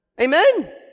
Amen